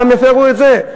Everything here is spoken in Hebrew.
יפרו גם את זה.